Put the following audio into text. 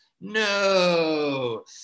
No